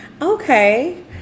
okay